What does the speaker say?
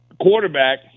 quarterback